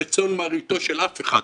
בצאן מרעיתו של אף אחד.